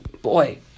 Boy